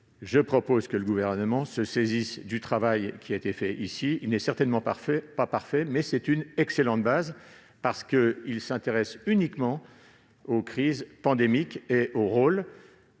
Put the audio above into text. je propose que le Gouvernement se saisisse du travail qui a été réalisé ici. Il n'est certainement pas parfait, mais c'est une excellente base, parce qu'il s'intéresse uniquement aux crises pandémiques et au rôle